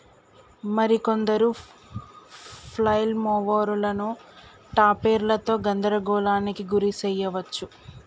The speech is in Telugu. మరి కొందరు ఫ్లైల్ మోవరులను టాపెర్లతో గందరగోళానికి గురి శెయ్యవచ్చు